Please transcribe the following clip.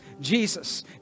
Jesus